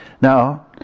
Now